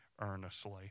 earnestly